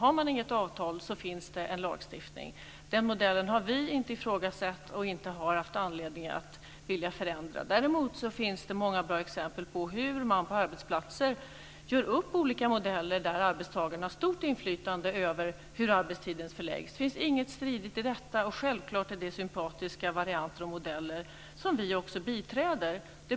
Finns det inte något avtal finns det en lagstiftning. Den modellen har vi inte ifrågasatt, och vi har inte haft anledning att förändra den. Däremot finns det många bra exempel på hur man på arbetsplatser gör upp olika modeller där arbetstagarna har stort inflytande över hur arbetstiden förläggs. Det finns ingen strid i detta, och självklart finns det sympatiska varianter och modeller som också vi biträder.